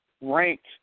ranked